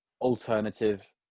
alternative